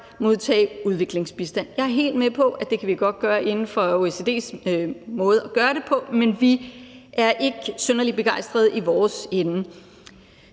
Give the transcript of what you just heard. modtage udviklingsbistand. Jeg er helt med på, at det kan vi godt gøre i forhold til OECD's måde at gøre det på, men i vores ende er vi ikke synderlig begejstrede. Modtagelse